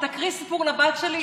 תקריא סיפור לבת שלי,